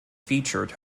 featured